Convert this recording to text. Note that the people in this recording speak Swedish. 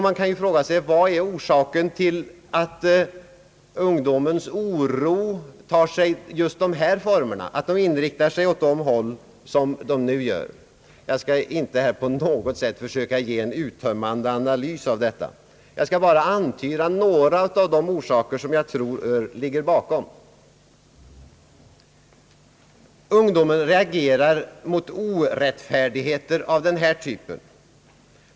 Man kan då fråga sig: Vad är orsaken till att ungdomens oro tar sig just sådana former, att protesterna riktar sig åt dessa håll? Jag skall inte på något sätt här försöka göra en analys av detta utan bara antyda några av de orsaker som jag tror ligger bakom. Ungdomen reagerar mot orättfärdigheter av den här typen.